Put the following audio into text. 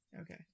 Okay